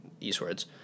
eastwards